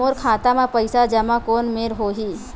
मोर खाता मा पईसा जमा कोन मेर होही?